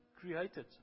created